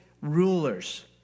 rulers